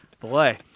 Boy